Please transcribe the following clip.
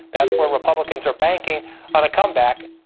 that's what republicans are banking on a come back.